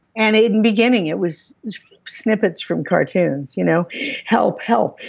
and even beginning, it was snippets from cartoons. you know help, help.